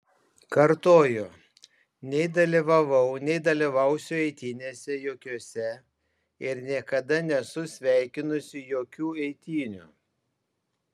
kartoju nei dalyvavau nei dalyvausiu eitynėse jokiose ir niekada nesu sveikinusi jokių eitynių